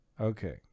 Okay